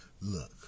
look